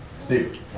Steve